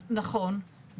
אז נכון,